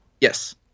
Yes